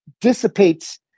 dissipates